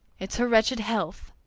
it's her wretched health.